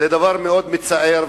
זה דבר מאוד מצער.